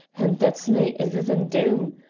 and that's nae ither than doom.